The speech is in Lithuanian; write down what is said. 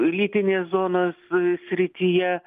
lytinės zonos srityje